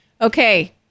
Okay